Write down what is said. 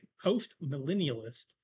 post-millennialist